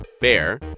Bear